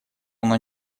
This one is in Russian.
оно